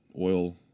oil